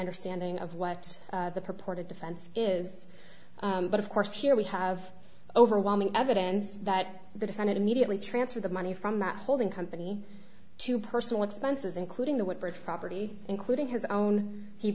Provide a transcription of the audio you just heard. understanding of what the purported defense is but of course here we have overwhelming evidence that the defendant immediately transferred the money from that holding company to personal expenses including the what bridge property including his own he